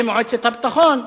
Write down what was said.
למועצת הביטחון,